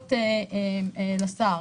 שאלות לשר: